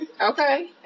Okay